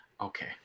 Okay